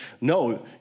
no